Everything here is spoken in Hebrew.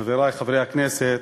חברי חברי הכנסת,